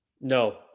No